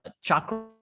chakra